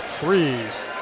threes